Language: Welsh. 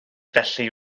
felly